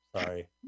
Sorry